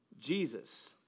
Jesus